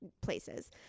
places